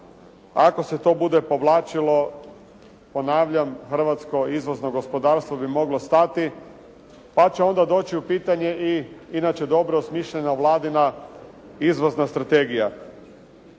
Ako se to bude povlačilo, ponavljam hrvatsko izvozno gospodarstvo bi moglo stati, pa će onda doći u pitanje i inače dobro osmišljena vladina izvozna strategija.